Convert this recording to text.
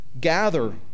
gather